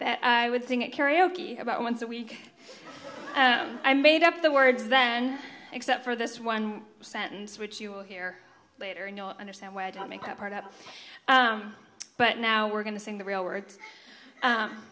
that i would sing at karaoke about once a week and i made up the words then except for this one sentence which you will hear later understand why i don't make up part up but now we're going to sing the real word